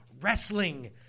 Wrestling